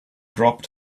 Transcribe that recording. dropped